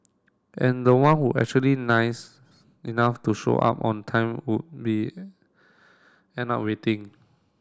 and the one who actually nice enough to show up on time would be end up waiting